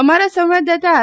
અમારા સંવાદદાતા આર